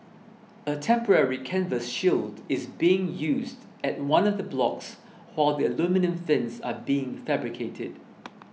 a temporary canvas shield is being used at one of the blocks while the aluminium fins are being fabricated